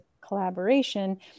collaboration